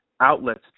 Outlets